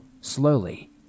slowly